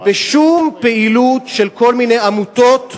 בשום פעילות של כל מיני עמותות.